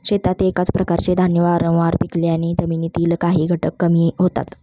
शेतात एकाच प्रकारचे धान्य वारंवार पिकवल्याने जमिनीतील काही घटक कमी होतात